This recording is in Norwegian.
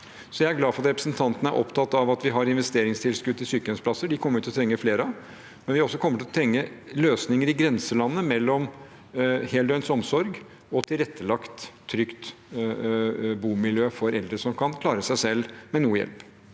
Jeg er glad for at representanten er opptatt av at vi har investeringstilskudd til sykehjemsplasser. Det kommer vi til å trenge flere av, men vi kommer også til å trenge løsninger i grenselandet mellom heldøgns omsorg og et tilrettelagt, trygt bomiljø for eldre som kan klare seg selv med noe hjelp.